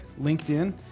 LinkedIn